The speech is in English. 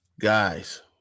Guys